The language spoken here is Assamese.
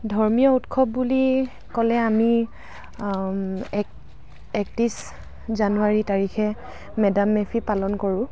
ধৰ্মীয় উৎসৱ বুলি ক'লে আমি এক একত্ৰিছ জানুৱাৰী তাৰিখে মে ডাম মে ফি পালন কৰোঁ